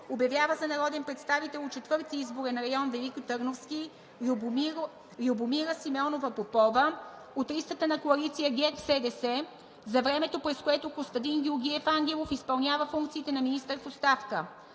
„Обявява за народен представител от Четвърти изборен район – Великотърновски, Любомира Симеонова Попова, с ЕГН …, от листата на коалиция ГЕРБ-СДС, за времето, през което Костадин Георгиев Ангелов изпълнява функциите на министър в оставка.“